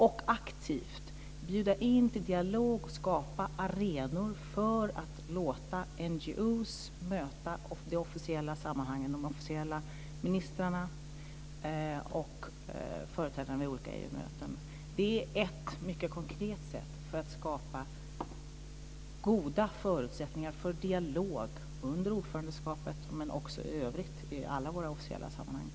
Vi ska aktivt bjuda in till dialog och skapa arenor för att låta NGO:er möta ministrar och företrädare i officiella sammanhang vid olika EU-möten. Det är ett mycket konkret sätt att skapa goda förutsättningar för dialog under ordförandeskapet men också i alla övriga officiella sammanhang.